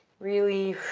really